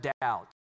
doubt